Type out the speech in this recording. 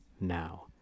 now